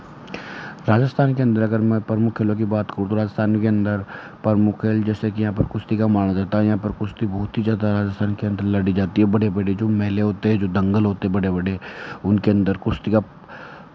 राजस्थान के अंदर अगर मैं प्रमुख खेलों की बात करूँ तो राजस्थान के अंदर प्रमुख खेल जैसे कि यहाँ पर कुश्ती का माना जाता है यहाँ पर कुश्ती बहुत ही ज़्यादा राजस्थान के अंदर लड़ी जाती है बड़े बड़े जो मेले होते हैं जो दंगल होते हैं बड़े बड़े उनके अंदर कुश्ती का